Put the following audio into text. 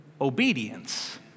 obedience